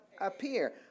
Appear